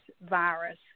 virus